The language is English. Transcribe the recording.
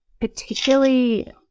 particularly